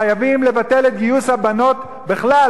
חייבים לבטל את גיוס הבנות בכלל,